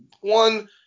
One –